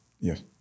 Yes